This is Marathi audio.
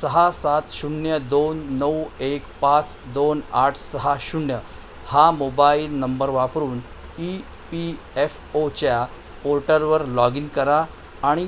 सहा सात शून्य दोन नऊ एक पाच दोन आठ सहा शून्य हा मोबाईल नंबर वापरून ई पी एफ ओच्या पोर्टलवर लॉग इन करा आणि